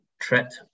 threat